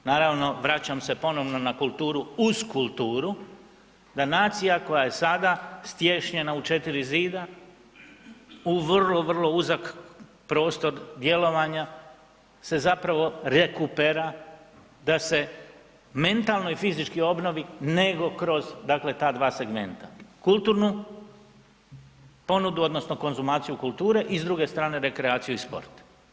Naravno, vraćam se ponovno na kulturu, uz kulturu da nacija koja je sada stiješnjena u četiri zida u vrlo, vrlo uzak prostor djelovanja se zapravo rekupera da se mentalno i fizički obnovi nego kroz ta dva segmenta, kulturnu ponudu odnosno konzumaciju kulture i s druge strane rekreaciju i sport.